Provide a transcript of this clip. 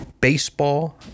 Baseball